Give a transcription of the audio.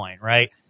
right